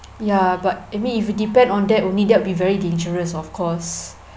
ya but I mean if you depend on that only that will be very dangerous of course